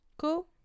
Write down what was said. Cool